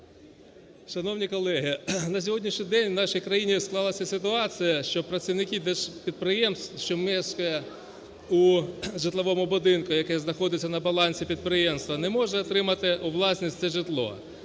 Шановні колеги, на сьогоднішній день в нашій країні склалася ситуація, що працівники держпідприємств, що мешкають у житловому будинку, який знаходиться на балансі підприємства не можуть отримати у власність це житло.